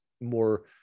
more